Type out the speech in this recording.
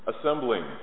assembling